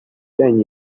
ten